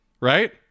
Right